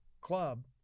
club